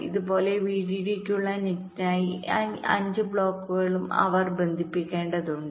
അതുപോലെ VDD യ്ക്കുള്ള നെറ്റിനായി ഈ 5 ബ്ലോക്കുകളും അവർ ബന്ധിപ്പിക്കേണ്ടതുണ്ട്